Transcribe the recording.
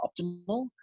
optimal